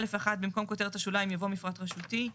א(1) במקום כותרת השוליים יבוא מפרט רשותי.